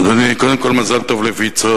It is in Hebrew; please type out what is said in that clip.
אדוני, קודם כול, מזל טוב לויצו.